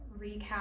recap